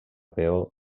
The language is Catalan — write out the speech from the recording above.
peó